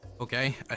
okay